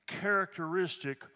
characteristic